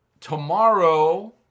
tomorrow